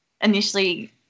initially